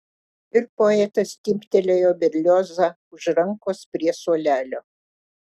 ir poetas timptelėjo berliozą už rankos prie suolelio